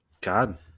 god